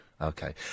Okay